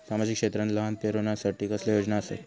सामाजिक क्षेत्रांत लहान पोरानसाठी कसले योजना आसत?